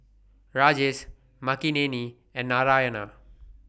Rajesh Makineni and Narayana